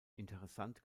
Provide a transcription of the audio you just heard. interessant